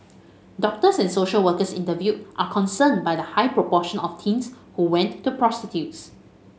doctors and social workers interviewed are concerned by the high proportion of teens who went to prostitutes